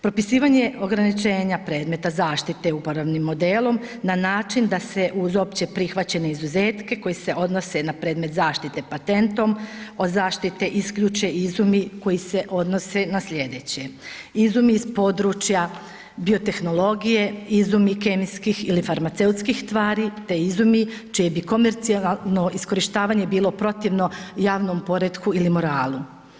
Propisivanje ograničenja predmeta zaštite uporabnim modelom na način da se uz opće prihvaćene izuzetke koji se odnose na predmet zaštite patentom o zaštite isključe izumi koji se odnose na sljedeće: izumi iz područja biotehnologije, izumi kemijskih ili farmaceutskih stvari, te izumi čije bi komercijalno iskorištavanje bilo protivno javnom poretku ili moralu.